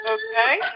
Okay